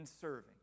serving